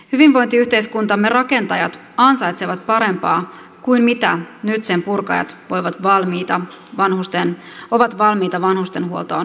hyvinvointiyhteiskuntamme rakentajat ansaitsevat parempaa kuin mitä nyt sen purkajat ovat valmiita vanhustenhuoltoon panostamaan